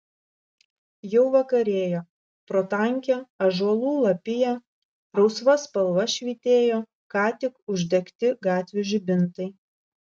jau vakarėjo pro tankią ąžuolų lapiją rausva spalva švytėjo ką tik uždegti gatvių žibintai